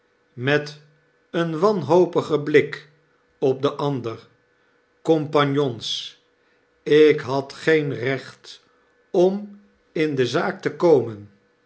met een wanhopigen blik op den ander compagnons ik had geen recht om in de zaak te komen